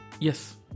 Yes